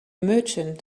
merchant